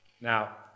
Now